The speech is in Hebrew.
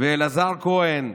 אלעזר כהן.